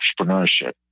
entrepreneurship